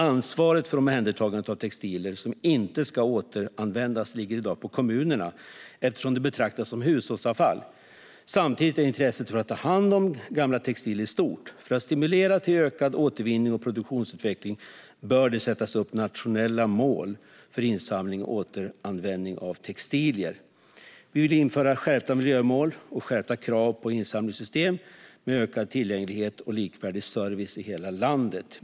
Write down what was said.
Ansvaret för omhändertagandet av textilier som inte ska återanvändas ligger i dag på kommunerna, eftersom det betraktas som hushållsavfall. Samtidigt är intresset för att ta hand om gamla textilier stort. För att man ska stimulera till ökad återvinning och produktionsutveckling bör det sättas upp nationella mål för insamling och återanvändning av textilier. Vi vill införa skärpta miljömål och skärpta krav på insamlingssystem med ökad tillgänglighet och likvärdig service i hela landet.